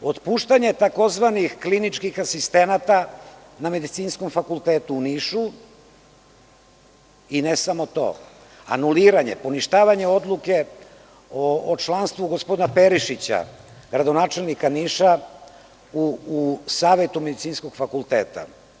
Otpuštanje tzv. kliničkih asistenata na Medicinskom fakultetu u Nišu i ne samo to, anuliranje, poništavanje odluke o članstvu gospodina Perišića, gradonačelnika Niša, u Savetu Medicinskog fakulteta.